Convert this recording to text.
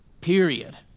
period